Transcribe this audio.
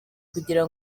kugira